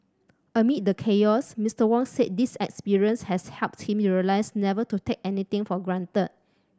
amid the chaos Mr Wong said this experience has helped him realise never to take anything for granted